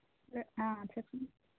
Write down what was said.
చెప్పండి